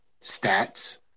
stats